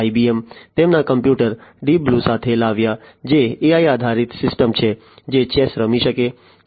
IBM તેમના computer deep blue સાથે લાવ્યા જે AI આધારિત સિસ્ટમ છે જે ચેસ રમી શકે છે